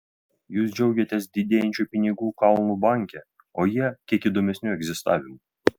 jūs džiaugiatės didėjančiu pinigų kalnu banke o jie kiek įdomesniu egzistavimu